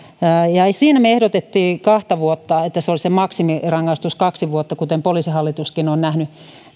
siinä me ehdotimme kahta vuotta että se maksimirangaistus olisi kaksi vuotta kuten poliisihallituskin on nähnyt